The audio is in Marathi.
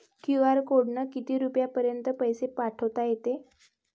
क्यू.आर कोडनं किती रुपयापर्यंत पैसे पाठोता येते?